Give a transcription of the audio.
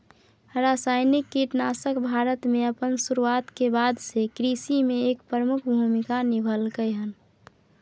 रासायनिक कीटनाशक भारत में अपन शुरुआत के बाद से कृषि में एक प्रमुख भूमिका निभलकय हन